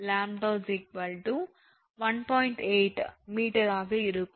8 𝑚 ஆக இருக்கும்